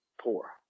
poor